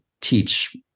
teach